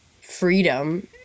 freedom